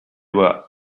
were